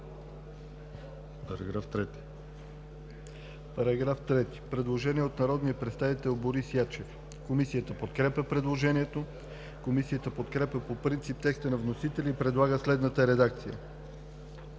По § 3 – предложение от народния представител Борис Ячев. Комисията подкрепя предложението. Комисията подкрепя по принцип текста на вносителя и предлага следната редакция